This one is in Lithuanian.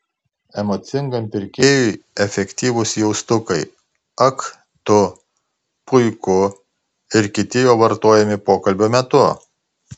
emocingam pirkėjui efektyvūs jaustukai ak tu puiku ir kiti jo vartojami pokalbio metu